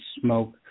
smoke